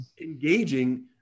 engaging